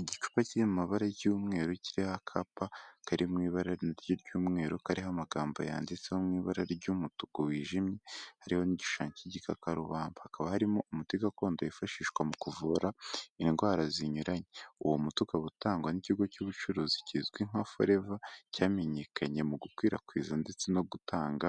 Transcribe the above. Igicupa kiri mumabara y'umweru kiriho akapa kari mu ibara ry'umweru kariho amagambo yanditseho mu ibara ry'umutuku wijimye, hari n'igishushanyo cy'igika karubamba hakaba harimo umuti gakondo wifashishwa mu kuvura indwara zinyuranye uwo muti ukaba utangwa n'ikigo cy'ubucuruzi kizwi nka foreva cyamenyekanye mu gukwirakwiza ndetse no gutanga